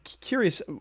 Curious